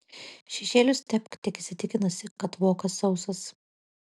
šešėlius tepk tik įsitikinusi kad vokas sausas